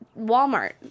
Walmart